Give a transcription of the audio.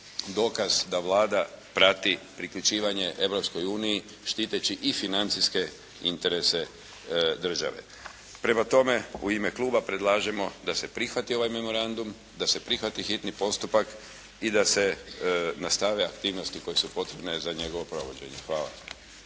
dokaz da Vlada prati priključivanje Europskoj uniji štiteći i financijske interese države. Prema tome, u ime kluba predlažemo da se prihvati ovaj memorandum, da se prihvati hitni postupak i da se nastave aktivnosti koje su potrebne za njegovo provođenje. Hvala.